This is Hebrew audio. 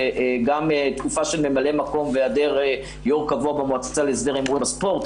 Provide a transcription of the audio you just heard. וגם תקופה של ממלא מקום בהעדר יו"ר קבוע במועצה להסדר הימורים בספורט,